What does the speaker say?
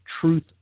Truth